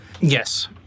Yes